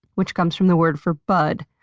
which comes from the word for bud.